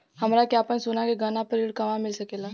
हमरा के आपन सोना के गहना पर ऋण कहवा मिल सकेला?